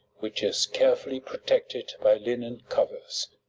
which is carefully protected by linen covers.